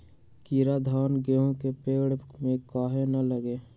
कीरा धान, गेहूं के पेड़ में काहे न लगे?